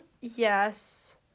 Yes